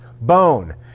bone